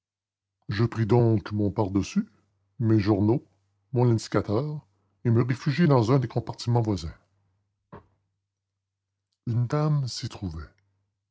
je pris donc mon pardessus mes journaux mon indicateur et me réfugiai dans un des compartiments voisins une dame s'y trouvait